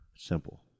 Simple